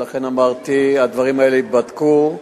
ולכן אמרתי: הדברים האלה ייבדקו,